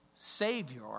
savior